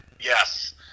Yes